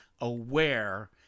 aware